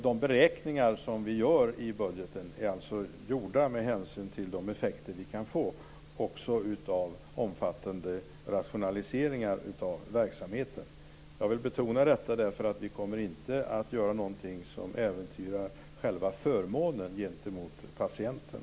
De beräkningar vi gör i budgeten har gjorts med hänsyn till de effekter som vi kan få också av omfattande rationaliseringar av verksamheten. Jag betonar att vi inte kommer att göra någonting som äventyrar själva förmånen för patienten.